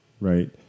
right